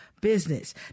business